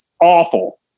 awful